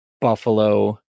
Buffalo